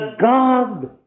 God